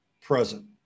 present